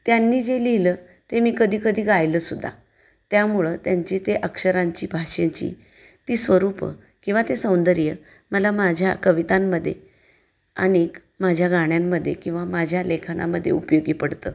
त्यांनी जे लिहिलं ते मी कधी कधी गायलंसुद्धा त्यामुळं त्यांची ते अक्षरांची भाषेची ती स्वरूप किंवा ते सौंदर्य मला माझ्या कवितांमध्ये आणिक माझ्या गाण्यांमध्ये किंवा माझ्या लेखनामध्ये उपयोगी पडतं